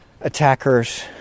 attackers